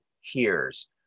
hears